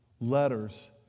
letters